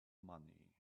money